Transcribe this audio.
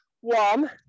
one